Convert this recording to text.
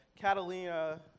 Catalina